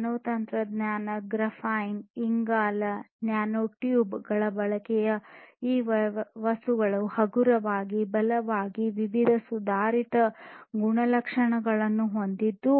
nano ತಂತ್ರಜ್ಞಾನ graphene ಇಂಗಾಲ nanotube ಗಳ ಬಳಕೆಯು ಈ ವಸ್ತುಗಳನ್ನು ಹಗುರವಾಗಿ ಬಲವಾಗಿ ವಿವಿಧ ಸುಧಾರಿತ ಗುಣಲಕ್ಷಣಗಳನ್ನು ಹೊಂದಿದ್ದು